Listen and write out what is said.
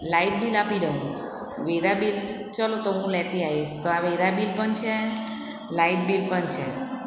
light bill આપી દઉં વેરા બિલ ચલો તો હું લેતી આવીશ તો આ વેરા બિલ પણ છે લાઇટ બિલ પણ છે